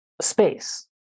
space